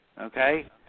Okay